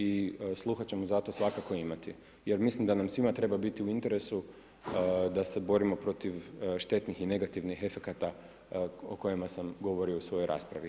I sluha ćemo za to svakako imati jer mislim da nam svima treba biti u interesu da se borimo protiv štetnih i negativnih efekata o kojima sam govorio u svojoj raspravi.